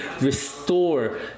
restore